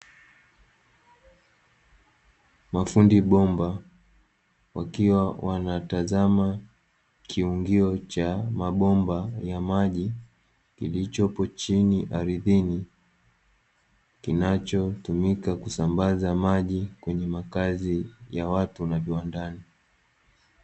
Mafundi bomba wakiwa wanatazama kiungio cha mabomba ya maji kilichopo chini aridhini, kinachotumika kusambaza maji kwenye makazi ya watu na viwandani.